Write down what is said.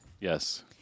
Yes